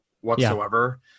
whatsoever